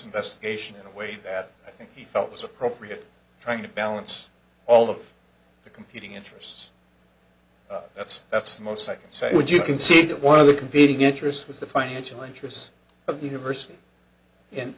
investigation in a way that i think he felt was appropriate trying to balance all of the competing interests that's that's the most i can say would you concede that one of the competing interests was the financial interests of the university and